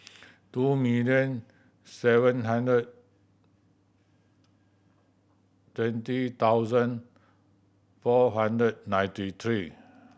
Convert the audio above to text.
two million seven hundred twenty thousand four hundred ninety three